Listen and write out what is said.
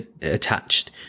attached